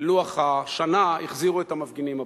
לוח השנה החזירו את המפגינים הביתה.